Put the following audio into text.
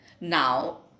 Now